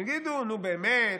יגידו: נו, באמת,